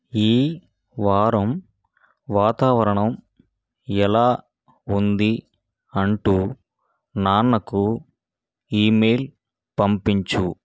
ఈ వారం వాతావరణం ఎలా ఉంది అంటూ నాన్నకు ఈమెయిల్ పంపించు